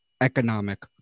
economic